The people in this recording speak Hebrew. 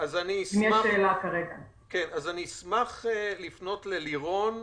אז אשמח לפנות ללירון.